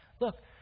Look